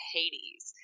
Hades